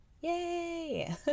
Yay